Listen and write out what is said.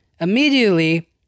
immediately